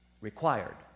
Required